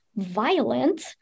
violent